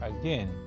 again